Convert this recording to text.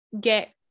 get